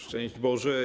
Szczęść Boże!